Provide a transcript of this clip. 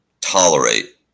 tolerate